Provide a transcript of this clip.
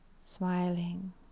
smiling